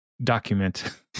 document